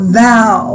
thou